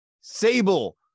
Sable